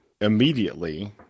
immediately